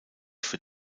für